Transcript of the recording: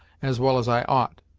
as well as i ought.